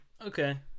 Okay